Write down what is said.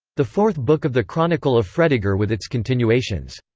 the fourth book of the chronicle of fredegar with its continuations.